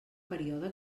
període